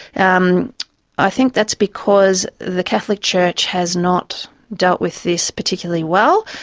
um i think that's because the catholic church has not dealt with this particularly well.